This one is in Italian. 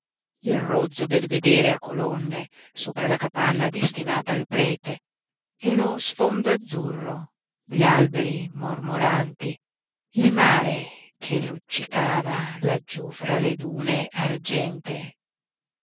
il rozzo belvedere a colonne sopra la capanna destinata al prete e lo sfondo azzurro gli alberi mormoranti il mare che luccicava laggiú fra le dune argentee